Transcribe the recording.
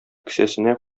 кесәсенә